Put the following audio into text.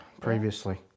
previously